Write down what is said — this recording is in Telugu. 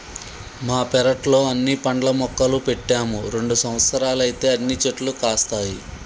మా పెరట్లో అన్ని పండ్ల మొక్కలు పెట్టాము రెండు సంవత్సరాలైతే అన్ని చెట్లు కాస్తాయి